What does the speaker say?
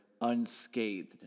unscathed